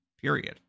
period